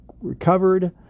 recovered